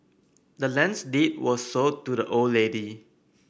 the land's deed was sold to the old lady